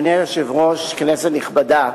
היושב-ראש, כנסת נכבדה,